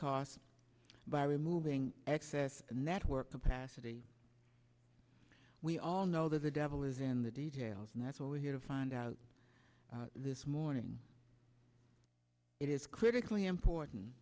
costs by removing excess network capacity we all know that the devil is in the details and that's what we're here to find out this morning it is critically important